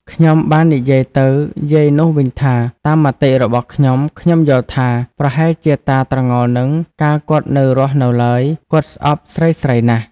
ខ្ញុំបាននិយាយទៅយាយនោះវិញថា តាមមតិរបស់ខ្ញុំៗយល់ថា ប្រហែលជាតាត្រងោលហ្នឹង កាលគាត់នៅ រស់នៅឡើយ គាត់ស្អប់ស្រីៗណាស់។